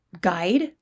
guide